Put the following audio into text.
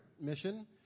mission